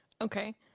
Okay